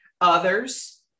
others